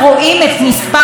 את מספר הרופאים,